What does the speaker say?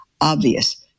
obvious